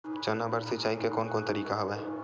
चना बर सिंचाई के कोन कोन तरीका हवय?